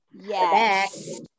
Yes